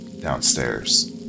downstairs